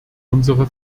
unsere